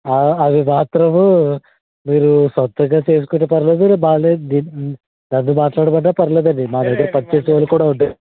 ఆ అవి మాత్రము మీరు సొంతంగా చేసుకున్న పర్లేదు మాములే నిన్ నన్ను మాట్లాడమన్నా పర్లేదండి మా దగ్గర పని చేసేవాళ్ళు కూడా ఉండే